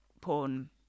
porn